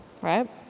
right